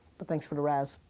but thanks for the razz.